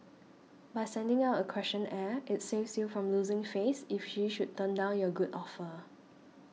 by sending out a questionnaire it saves you from losing face if she should turn down your good offer